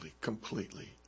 completely